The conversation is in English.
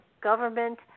government